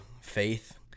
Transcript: faith